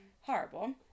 Horrible